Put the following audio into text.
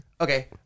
okay